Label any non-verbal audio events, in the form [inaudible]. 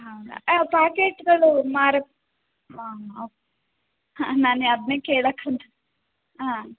ಹೌದಾ ಆ ಪ್ಯಾಕೆಟ್ಗಳು ಮಾರಕ್ಕೆ [unintelligible] ಹಾಂ ನಾನು ಅದನ್ನೇ ಕೇಳಕ್ಕಂದು ಹಾಂ